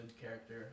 character